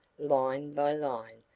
line by line,